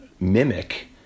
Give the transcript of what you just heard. mimic